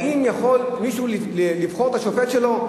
האם יכול מישהו לבחור את השופט שלו?